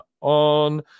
on